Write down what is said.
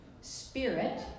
spirit